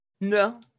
No